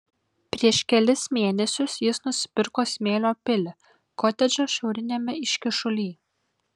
prieš kelis mėnesius jis nusipirko smėlio pilį kotedžą šiauriniame iškyšuly